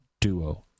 duo